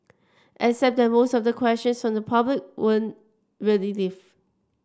except that most of the questions from the public weren't really live